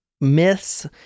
myths